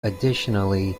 additionally